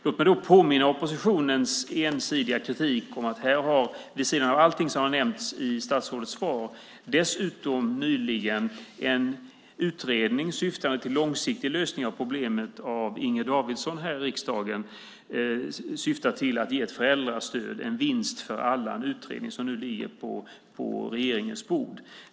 Låt mig när det gäller oppositionens ensidiga kritik, vid sidan av allt som har nämnts i statsrådets svar, påminna om en ny utredning av Inger Davidson här i riksdagen som syftar till en långsiktig lösning av problemet, Föräldrastöd - en vinst för alla . Det är en utredning som nu ligger på regeringens bord.